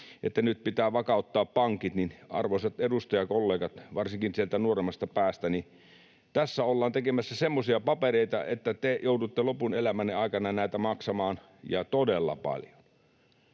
että nyt pitää vakauttaa pankit, niin, arvoisat edustajakollegat varsinkin sieltä nuoremmasta päästä, tässä ollaan tekemässä semmoisia papereita, että te joudutte lopun elämänne aikanaan näitä maksamaan ja todella paljon.